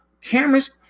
cameras